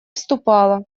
вступала